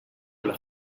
alla